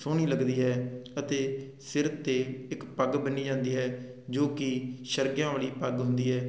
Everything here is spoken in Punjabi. ਸੋਹਣੀ ਲੱਗਦੀ ਹੈ ਅਤੇ ਸਿਰ ਤੇ ਇੱਕ ਪੱਗ ਬੰਨੀ ਜਾਂਦੀ ਹੈ ਜੋ ਕਿ ਸਰਗਿਆਂ ਵਾਲੀ ਪੱਗ ਹੁੰਦੀ ਹੈ